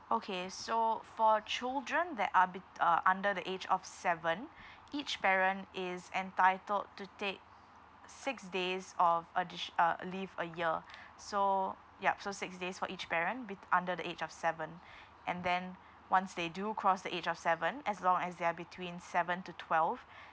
okay so for children that are bet~ uh under the age of seven each parent is entitled to take six days of additio~ uh leave a year so yup so six days for each parent bet~ under the age of seven and then once they do cross the age of seven as long as they're between seven to twelve